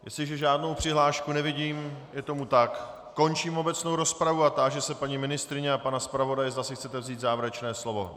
Jestliže žádnou přihlášku nevidím, je tomu tak, končím obecnou rozpravu a táži se paní ministryně a pana zpravodaje, zda si chcete vzít závěrečné slovo.